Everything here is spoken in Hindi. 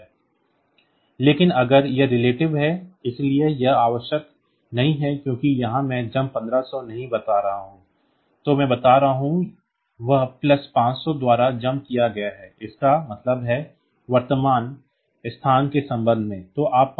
लेकिन अगर यह relative jump है इसलिए यह आवश्यक नहीं है क्योंकि यहां मैं जम्प 1500 नहीं बता रहा हूं जो मैं बता रहा हूं वह प्लस 500 द्वारा जंप किया गया है इसका मतलब है वर्तमान स्थान के संबंध में